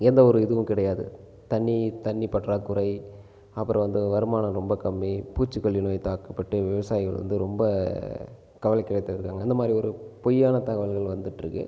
எந்த ஒரு இதுவும் கிடையாது தண்ணி தண்ணி பற்றாக்குறை அப்புறம் வந்து வருமானம் ரொம்ப கம்மி பூச்சிக்கொல்லி நோய் தாக்கப்பட்டு விவசாயிகள் வந்து ரொம்ப கவலைக்கிடத்தில் இருக்காங்க இந்த மாதிரி ஒரு பொய்யான தகவல்கள் வந்துட்டு இருக்குது